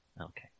Okay